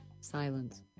Silence